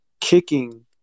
kicking